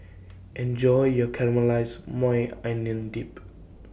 Enjoy your Caramelized Maui Onion Dip